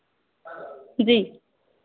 जी